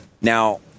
Now